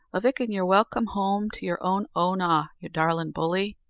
avick, an' you're welcome home to your own oonagh, you darlin' bully.